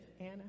Anna